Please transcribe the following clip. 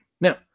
Now